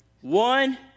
One